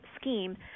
scheme